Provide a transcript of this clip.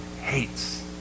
hates